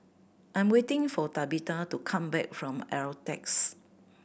I am waiting for Tabetha to come back from Altez